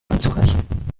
anzureichern